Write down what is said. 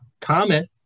comment